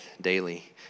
daily